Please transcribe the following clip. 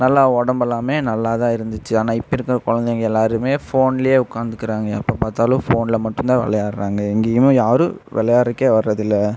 நல்லா உடம்பெல்லாமே நல்லா தான் இருந்துச்சு ஆனால் இப்போ இருக்கிற குழந்தைங்க எல்லோருமே ஃபோன்லேயே உக்காந்துக்கிறாங்க எப்போ பார்த்தாலும் ஃபோனில் மட்டும் தான் விளையாட்றாங்க எங்கேயுமே யாரும் வெளையாடுறக்கே வர்றதில்லை